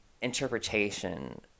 interpretation